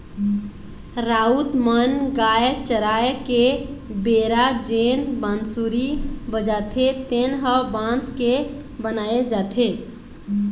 राउत मन गाय चराय के बेरा जेन बांसुरी बजाथे तेन ह बांस के बनाए जाथे